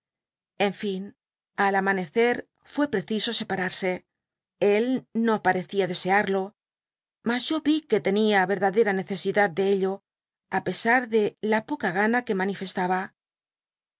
en fin al amanecer fué preciso separarse él no parecía desearlo mas yo vi que tenía verdadera necesidad de ello á pesar de la poca gana que manifestaba